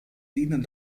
dienen